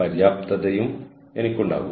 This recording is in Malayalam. പക്ഷേ വാഷിംഗ് മെഷീൻ തുരുമ്പെടുക്കില്ല